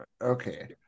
okay